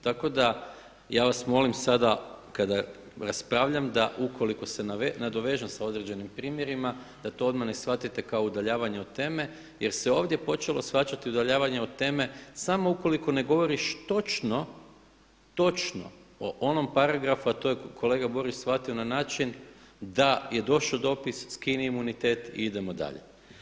Tako da ja vas molim sada kada raspravljam da ukoliko se nadovežem sa određenim primjerima da to odmah ne shvatite kao udaljavanjem od teme jer se ovdje počelo shvaćati udaljavanje od teme samo ukoliko ne govoriš točno, točno o onom paragrafu, a to je kolega Borić shvatio na način da je došao dopis skini imunitet i idemo dalje.